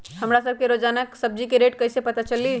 हमरा सब के रोजान सब्जी के रेट कईसे पता चली?